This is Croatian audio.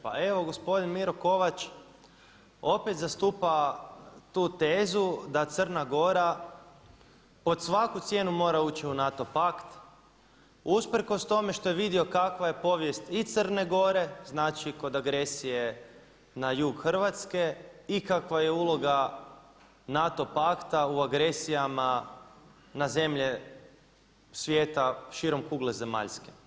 Pa evo gospodin Miro Kovač opet zastupa tu tezu da Crna Gora pod svaku cijenu mora ući u NATO pakt, usprkos tome što je vidio kakva je povijest i Crne Gore, znači kod agresije na jug Hrvatske i kakva je uloga NATO pakta u agresijama na zemlje svijeta širom kugle zemaljske.